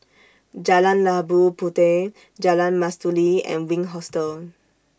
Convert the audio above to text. Jalan Labu Puteh Jalan Mastuli and Wink Hostel